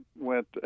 went